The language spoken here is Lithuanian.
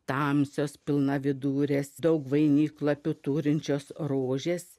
tamsios pilnavidurės daug vainiklapių turinčios rožės